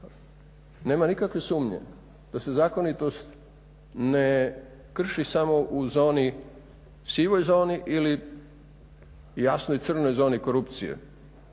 nema nikakve sumnje da se zakonitost ne krši samo u sivoj zoni ili jasnoj crnoj zoni korupcije